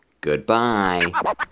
Goodbye